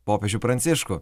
popiežių pranciškų